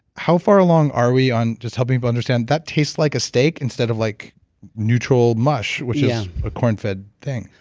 how far along are we on just helping people but understand, that tastes like a steak instead of like neutral mush, which is a corn fed thing?